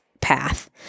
path